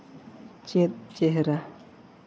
ᱪᱮᱫ ᱪᱮᱦᱨᱟ